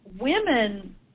Women